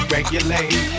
Regulate